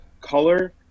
Color